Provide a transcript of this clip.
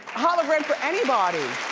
hologram for anybody.